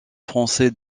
français